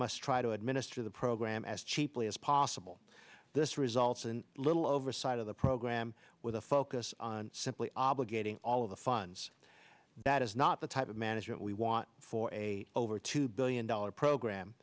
must try to administer the program as cheaply as possible this results in little oversight of the program with a focus on simply obligating all of the funds that is not the type of management we want for a over two billion dollars program